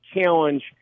challenge